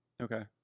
Okay